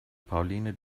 pauline